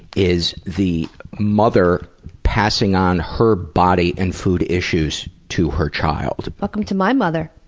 is the mother passing on her body and food issues to her child. welcome to my mother.